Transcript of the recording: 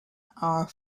our